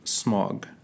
smog